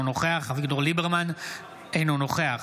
אינו נוכח